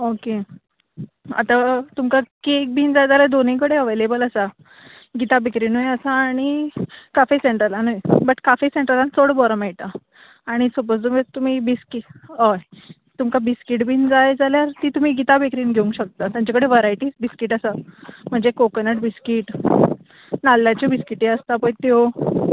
okay आतां तुमकां cake बी जाय जाल्यार दोनूय कडेन अवॅलेबल आसात गीता बेक्रिंतूय आसा आनी काफे सँट्रलांतूय बट काफे सँट्रलांत चड बरो मेळटा आनी सपोज जर तुमी बिस्कीट हय तुमकां बिस्कीट बी जाय जाल्यार ती तुमी गीता बेक्रींत घेवंक शकता तांचे कडेन वरायटी बिस्कीट आसा म्हणजे कोकनट बिस्कीट नाल्लाच्यो बिस्कीट आसता पळय त्यो